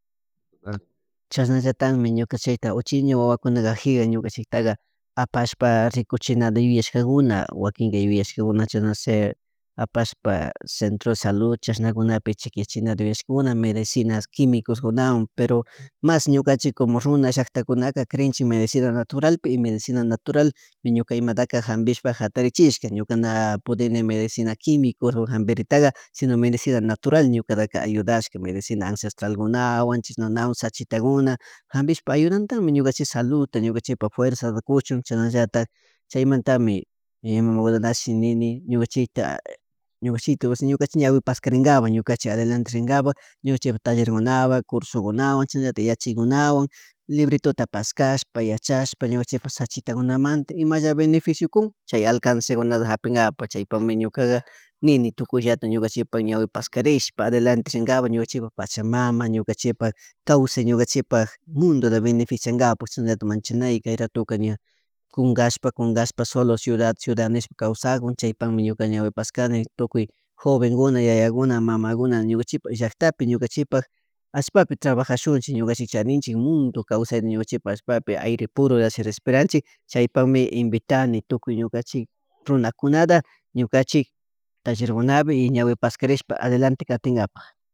Chashnallatanmi ñukanchik uchiña wawakunakakji ñukanchikta apashpa rikuchinata yuyashkakuna wakinka yuyashkakunacha no se apashpa Centro de salud chasnakunapi chequeachenata yuyashkakuna medicina quimicos kunawan pero mas ñukanchik runa llaktakunaka krinchik medicina naturalpi y medicina natural ñuka imata jampishpa jatarichishka ñuka ña pudinimi mecina quimico o jampiritaka si no medicina natural ñukataka ayuda shka medicna ancestralkunawan nawsachitakuna jampish ayudantakmi ñukanchikta saludta ñukanchikpak fuerza kuchun chasnallatak chaymantami ima huratashi nini ñukanchikta ñukanchik ñawipascarinkapak ñukanchik adelante rincapak ñucunchik tallerkunawan cursukunawan chashanalaltik yachaykunawan libretuta pashkashpa yachashpa ñukunchukpak sachitamanta imalla beneficio kun chay alcancekunata japinbapak chaypakmi ñukaka nini tukullata ñukanchikpak ñawi pascarishpa adelante rimkapak ñukanchik pachamamama ñukanchikpa kawsay ñukanchikpak mundota beneficiankapak chashallatak manchanay kay ratukaña kunkashpa kunkashpa solo ciudad ciudad nishpa kawsakun chaypak ñawi paskani tukuy jovenkuna yayakuna mamakuna, ñukanchikpak llaktapi ñukanchipak ashpapi trabajashunchik ñukanchik charinchik mundo kawsayta ñukunchikpa allapapi aire purota respiranchik chaypak invitani tukuy ñukanchik runakuanta ñukanchi tallerkunabi ñawi pascarishpa adelante katinkapak.